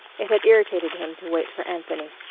it had irritated him to wait for anthony.